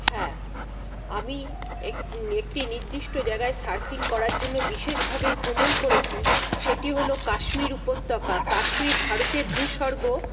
হ্যাঁ আমি এক একটি নির্দিষ্ট জায়গায় সার্ফিং করার জন্য বিশেষভাবে ভ্রমণ করেছি সেটি হল কাশ্মীর উপত্যকা কাশ্মীর ভারতের ভূস্বর্গ